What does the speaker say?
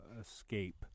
escape